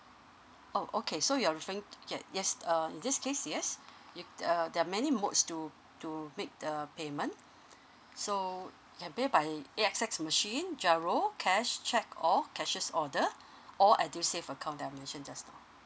oh okay so you're referring yes yes uh in this case yes you uh there're many modes to to make the payment so can pay by A_X_S_ machine giro cash cheque or cashier's order or edusave account that I mentioned just now